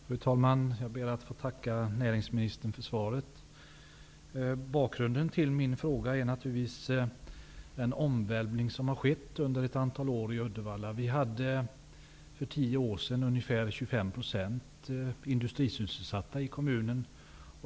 Fru talman! Jag ber att få tacka näringsministern för svaret. Bakgrunden till min fråga är den omvälvning som har skett i Uddevalla under ett antal år. Vi hade för tio år sedan ungefär 25 % industrisysselsatta i kommunen.